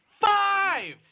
Five